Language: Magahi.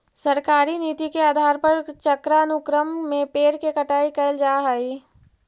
सरकारी नीति के आधार पर चक्रानुक्रम में पेड़ के कटाई कैल जा हई